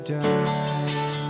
die